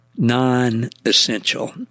non-essential